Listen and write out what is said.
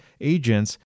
agents